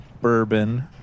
bourbon